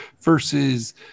versus